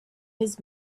his